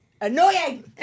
annoying